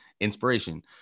inspiration